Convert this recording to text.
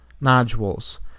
Nodules